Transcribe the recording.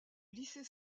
lycée